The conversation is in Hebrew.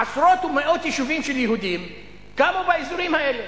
עשרות ומאות יישובים של יהודים קמו באזורים האלה.